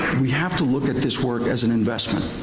we have to look at this work as an investment.